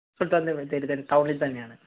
സുൽത്താൻ ബത്തേരി തന്നെ ടൗണിൽ തന്നെ ആണ്